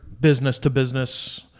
business-to-business